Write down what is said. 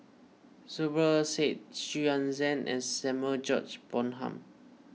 Zubir Said Xu Yuan Zhen and Samuel George Bonham